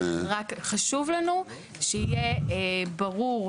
רק חשוב לנו שיהיה ברור,